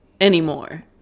anymore